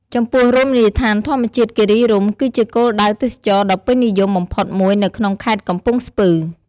ចំពោះរមណីយដ្ឋានធម្មជាតិគិរីរម្យ គឺជាគោលដៅទេសចរណ៍ដ៏ពេញនិយមបំផុតមួយនៅក្នុងខេត្តកំពង់ស្ពឺ។